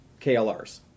KLRs